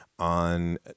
On